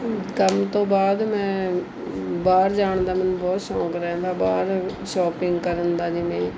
ਕੰਮ ਤੋਂ ਬਾਅਦ ਮੈਂ ਬਾਹਰ ਜਾਣ ਦਾ ਮੈਨੂੰ ਬਹੁਤ ਸ਼ੌਂਕ ਰਹਿੰਦਾ ਬਾਹਰ ਸ਼ੋਪਿੰਗ ਕਰਨ ਦਾ ਜਿਵੇਂ